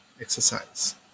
exercise